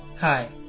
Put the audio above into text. Hi